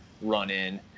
run-in